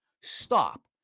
Stop